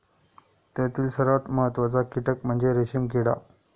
त्यातील सर्वात महत्त्वाचा कीटक म्हणजे रेशीम किडा